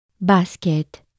Basket